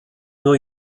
new